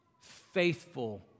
faithful